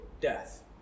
death